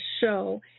show